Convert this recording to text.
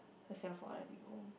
herself for other people